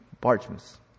parchments